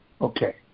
Okay